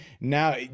now